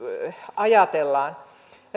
ajatellaan